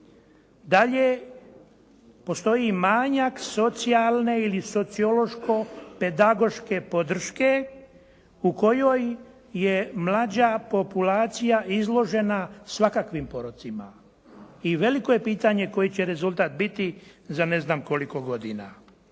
Dalje, postoji manjak socijalne ili sociološko-pedagoška podrške u kojoj je mlađa populacija izložena svakakvim porocima i veliko je pitanje koji će rezultat biti za ne znam koliko godina.